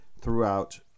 throughout